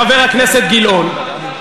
חבר הכנסת גילאון.